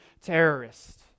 terrorist